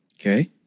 Okay